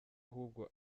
ahubwo